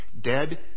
Dead